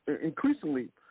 increasingly